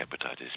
hepatitis